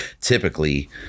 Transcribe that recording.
typically